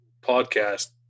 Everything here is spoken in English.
podcast